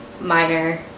minor